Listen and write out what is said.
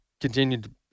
continued